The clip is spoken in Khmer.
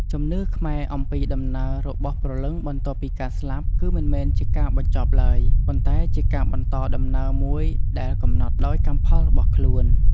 ជំនឿខ្មែរអំពីដំណើររបស់ព្រលឹងបន្ទាប់ពីការស្លាប់គឺមិនមែនជាការបញ្ចប់ឡើយ ប៉ុន្តែជាការបន្តដំណើរមួយដែលកំណត់ដោយកម្មផលរបស់ខ្លួន។